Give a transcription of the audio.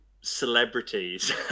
celebrities